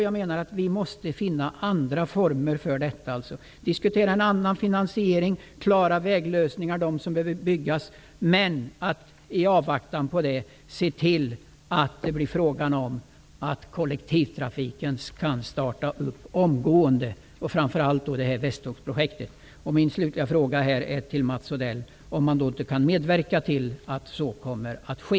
Jag menar att man då måste diskutera andra former för finansiering, men i avvaktan på det se till att kollektivtrafiken kan starta omgående, framför allt Västtågsprojektet. Min fråga till Mats Odell är då om man kan medverka till att så kommer att ske.